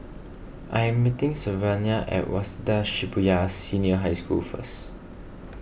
I am meeting Sylvania at Waseda Shibuya Senior High School first